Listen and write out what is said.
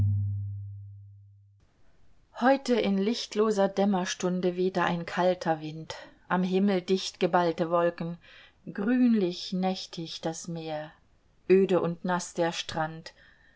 heute in lichtloser dämmerstunde wehte ein kalter wind am himmel dicht geballte wolken grünlich nächtig das meer öde und naß der strand